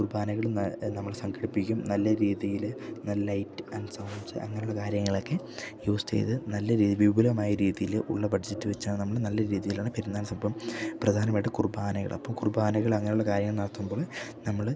കുർബാനകളിൽ നിന്ന് നമ്മൾ സംഘടിപ്പിക്കും നല്ല രീതിയിൽ ലൈറ്റ് ആൻഡ് സൗണ്ട്സ് അങ്ങനെയുള്ള കാര്യങ്ങളൊക്കെ യൂസ് ചെയ്ത് നല്ല വിപുലമായ രീതിയിൽ ഉള്ള ബഡ്ജറ്റ് വെച്ചാൽ നമ്മൾ നല്ല രീതിയിലാണ് പെരുന്നാൾ അപ്പം പ്രധാനമായിട്ട് കുർബാനകളപ്പം കുർബാനകൾ അങ്ങനെയുള്ള കാര്യങ്ങൾ നടത്തുമ്പോൾ നമ്മൾ